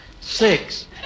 six